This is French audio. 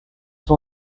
son